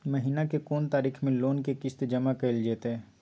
महीना के कोन तारीख मे लोन के किस्त जमा कैल जेतै?